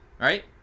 Right